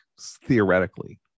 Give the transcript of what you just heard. theoretically